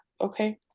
Okay